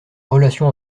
relations